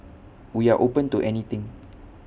we are open to anything